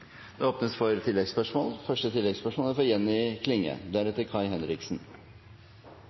Det åpnes for oppfølgingsspørsmål – først Jenny Klinge.